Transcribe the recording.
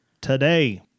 Today